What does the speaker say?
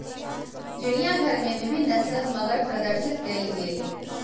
चिड़ियाघर में विभिन्न नस्लक मगर प्रदर्शित कयल गेल